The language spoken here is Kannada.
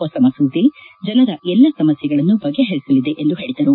ಹೊಸ ಮಸೂದೆ ಜನರ ಎಲ್ಲ ಸಮಸ್ತೆಗಳನ್ನು ಬಗೆಹರಿಸಲಿದೆ ಎಂದು ಹೇಳಿದರು